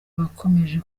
abakomeje